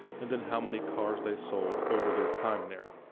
and then how many cars they sold over their time there.